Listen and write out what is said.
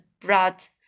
brought